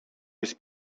jest